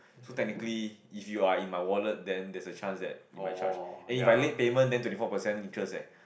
so technically if you are in my wallet then there's a chance that it might charge then if I late payment then twenty four percent interest leh